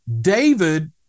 David